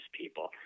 people